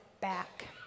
back